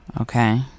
Okay